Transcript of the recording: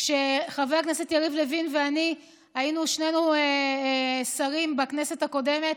כשחבר הכנסת יריב לוין ואני היינו שנינו שרים בכנסת הקודמת,